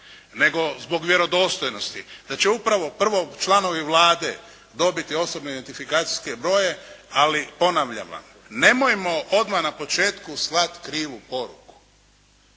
nego zbog vjerodostojnosti, da će upravo prvo članovi Vlade dobiti osobne identifikacijske brojeve, ali ponavljam vam nemojmo odmah na početku slati krivu poruku.